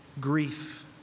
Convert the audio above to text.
grief